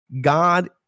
God